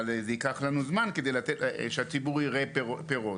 אבל ייקח לנו זמן עד שהציבור יראה פירות.